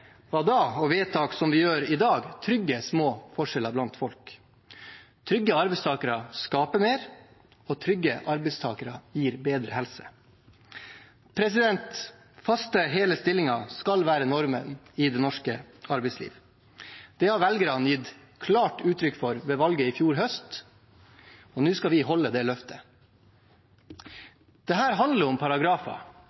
da, og vedtak vi gjør i dag, trygger små forskjeller blant folk. Trygge arbeidstakere skaper mer, og trygge arbeidstakere gir bedre helse. Faste, hele stillinger skal være normen i det norske arbeidslivet. Det har velgerne gitt klart uttrykk for ved valget i fjor høst, og nå skal vi holde det løftet.